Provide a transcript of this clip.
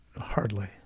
hardly